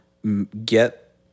Get